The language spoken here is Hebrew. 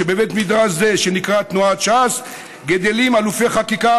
שבבית מדרש זה שנקרא תנועת ש"ס גדלים אלופי חקיקה,